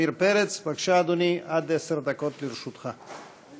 הצעות אי-אמון